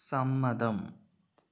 സമ്മതം